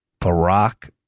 Barack